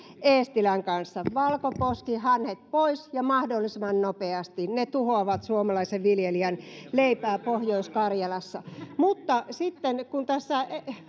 eestilän kanssa valkoposkihanhet pois ja mahdollisimman nopeasti ne tuhoavat suomalaisen viljelijän leipää pohjois karjalassa mutta sitten kun tässä